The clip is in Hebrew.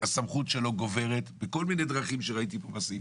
הסמכות שלו גוברת בכל מיני דרכים שראיתי פה בסעיפים,